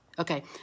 Okay